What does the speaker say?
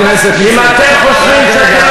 אתם מושחתים.